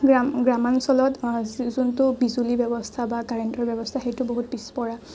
গ্ৰামাঞ্চলত যোনটো বিজুলি ব্যৱস্থা বা কাৰেণ্টৰ ব্যৱস্থা সেইটো বহুত পিছপৰা